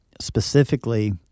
specifically